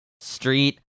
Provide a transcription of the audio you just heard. street